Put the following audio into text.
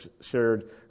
shared